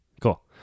Cool